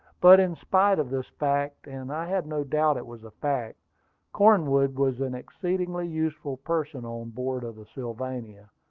but in spite of this fact and i had no doubt it was a fact cornwood was an exceedingly useful person on board of the sylvania.